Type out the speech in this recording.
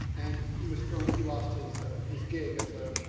and he was thrown, he lost his his gig as a